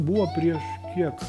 buvo prieš kiek